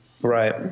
right